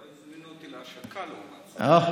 אבל לא הזמינו אותי להשקה, לעומת זאת.